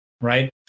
right